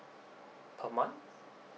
a month